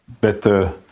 better